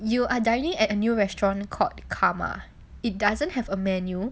you are directly at a new restaurant called karma it doesn't have a menu